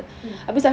mm